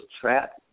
trapped